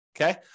okay